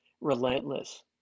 relentless